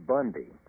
Bundy